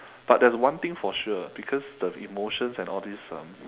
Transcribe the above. but there's one thing for sure because the emotions and all this um